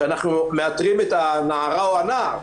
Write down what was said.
שאנחנו מאתרים את הנערה או הנער,